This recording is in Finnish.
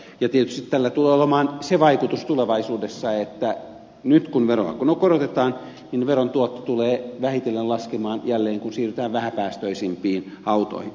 tietysti tällä tulee olemaan se vaikutus tulevaisuudessa että nyt kun veroa korotetaan veron tuotto tulee vähitellen laskemaan jälleen kun siirrytään vähäpäästöisimpiin autoihin